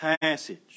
passage